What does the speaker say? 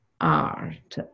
art